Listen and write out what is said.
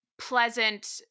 pleasant